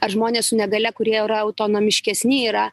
ar žmonės su negalia kurie yra autonomiškesni yra